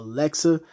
Alexa